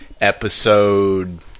episode